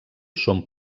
són